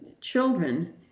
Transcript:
children